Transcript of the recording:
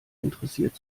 interessiert